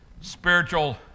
spiritual